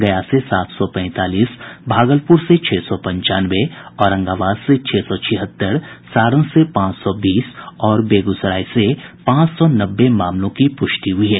गया से सात सौ पैंतालीस भागलपुर से छह सौ पंचानवे औरंगाबाद से छह सौ छिहत्तर सारण से पांच सौ बीस और बेगूसराय से पांच सौ नौ मामलों की पुष्टि हुई है